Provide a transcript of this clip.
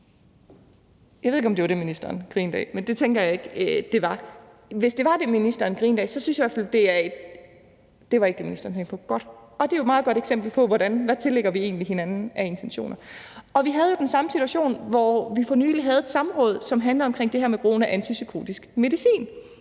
det. Jeg ved ikke, om det er det, ministeren griner af, men det tænker jeg ikke at det er. Hvis det er det, ministeren griner af, så synes jeg i hvert fald ... nå, det var ikke det, ministeren tænkte på. Godt. Det er jo et meget godt eksempel på, hvad vi kan tillægge hinanden af intentioner. Vi havde jo den samme situation for nylig, hvor vi havde et samråd, som handlede om brugen af antipsykotisk medicin,